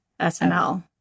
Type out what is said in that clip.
SNL